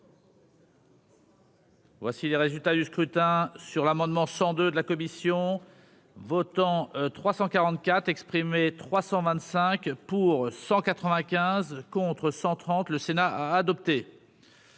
Voici les résultats du scrutin sur l'amendement 100 de de la commission votants 344 exprimés 325 pour 195 contre 130 Le Sénat a adopté.